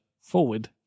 forward